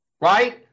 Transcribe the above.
Right